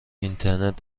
اینترنت